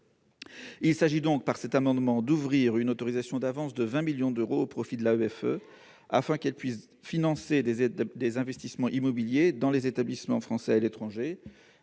en gestion directe. Il s'agit d'ouvrir une autorisation d'avances de 20 millions d'euros au profit de l'AEFE, afin qu'elle puisse financer des investissements immobiliers dans les établissements français à l'étranger.